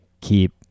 keep